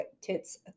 Tits